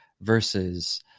versus